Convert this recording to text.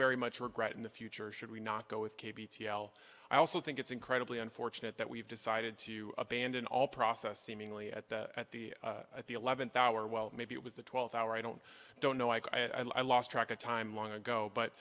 very much regret in the future should we not go with kay b t l i also think it's incredibly unfortunate that we've decided to abandon all process seemingly at the at the at the eleventh hour well maybe it was the twelfth hour i don't i don't know i lost track of time long ago but